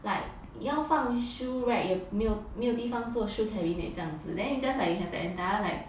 like 要放 shoe rack 也没有没有地方做 shoe cabinet 这样子 then you just like you have the entire like